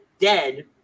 dead